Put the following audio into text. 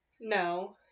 No